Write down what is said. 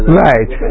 right